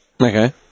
Okay